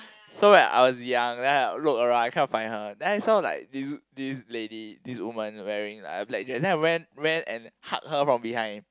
so that I was young then I rode around kind of find her then so like this this lady this woman wearing like a black dress then I went went and hug her from behind